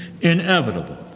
inevitable